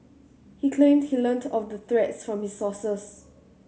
he claimed he learnt of the threats from his sources